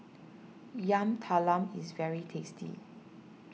Yam Talam is very tasty